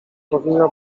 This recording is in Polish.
powinna